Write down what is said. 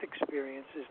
experiences